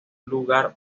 lugar